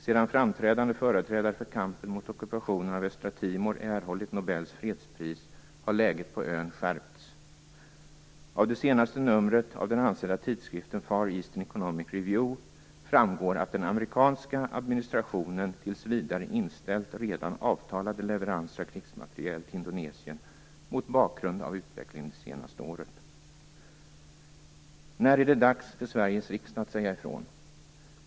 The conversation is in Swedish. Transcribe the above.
Sedan framträdande företrädare för kampen mot ockupationen av östra Timor erhållit Nobels fredspris har läget på ön skärpts. Av det senaste numret av den ansedda tidskriften Far Eastern Economic Review framgår att den amerikanska administrationen tills vidare inställt redan avtalade leveranser av krigsmateriel till Indonesien mot bakgrund av utvecklingen det senaste året. När är det dags för Sveriges riksdag att säga ifrån?